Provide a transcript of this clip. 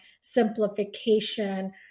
simplification